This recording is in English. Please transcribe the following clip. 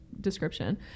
description